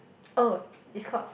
oh it's called